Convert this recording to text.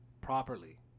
Properly